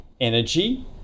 Energy